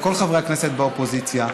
ולכל חברי הכנסת באופוזיציה: